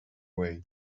way